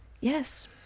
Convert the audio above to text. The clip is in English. Yes